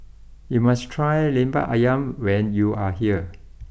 you must try Lemper Ayam when you are here